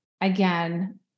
Again